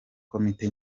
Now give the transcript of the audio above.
komite